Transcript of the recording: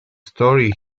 story